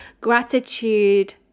gratitude